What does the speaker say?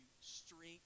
strength